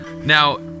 Now